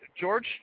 George